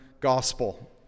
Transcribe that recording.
gospel